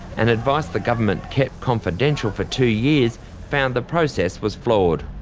and advice the government kept confidential for two years found the process was flawed.